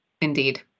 Indeed